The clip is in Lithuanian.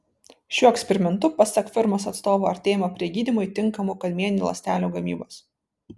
šiuo eksperimentu pasak firmos atstovų artėjama prie gydymui tinkamų kamieninių ląstelių gamybos